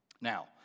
Now